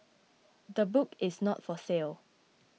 the book is not for sale